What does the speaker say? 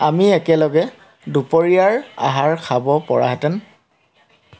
আমি একেলগে দুপৰীয়াৰ আহাৰ খাব পৰাহেঁতেন